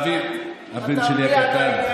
הבן שלי הקטן.